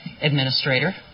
Administrator